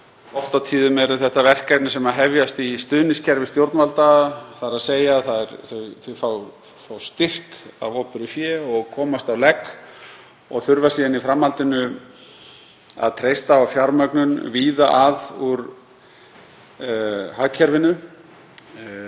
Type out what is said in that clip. Oft á tíðum eru þetta verkefni sem hefjast í stuðningskerfi stjórnvalda, þ.e. þau fá styrk af opinberu fé og komast á legg og þurfa síðan í framhaldinu að treysta á fjármögnun víða að úr hagkerfinu.